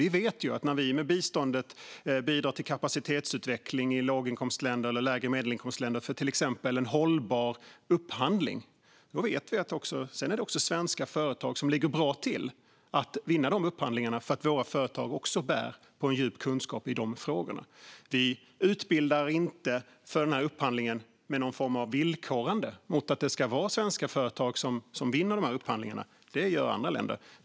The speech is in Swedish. Vi vet att när vi med biståndet bidrar till kapacitetsutveckling i låginkomstländer eller lägre medelinkomstländer för till exempel en hållbar upphandling är det också svenska företag som ligger bra till för att vinna dessa upphandlingar, eftersom de också bär på en djup kunskap i de här frågorna. Vi utbildar inte för upphandlingen med någon form av villkorande att det ska vara svenska företag som vinner upphandlingarna. Det gör andra länder.